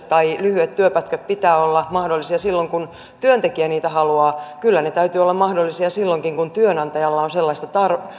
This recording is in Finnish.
tai lyhyiden työpätkien pitää olla mahdollisia silloin kun työntekijä niitä haluaa että kyllä niiden täytyy olla mahdollisia silloinkin kun työnantajalla on sellaisia